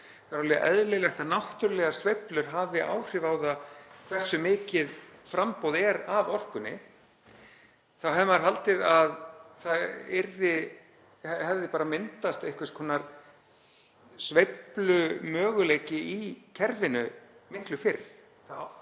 þá er alveg eðlilegt að náttúrulegar sveiflur hafi áhrif á það hversu mikið framboð er af orkunni — þá hefði maður haldið að það hefði myndast einhvers konar sveiflumöguleiki í kerfinu miklu fyrr.